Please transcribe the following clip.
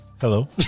Hello